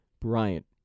Bryant